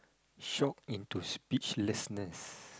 shocked into speechlessness